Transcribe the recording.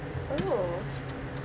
oh